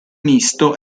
misto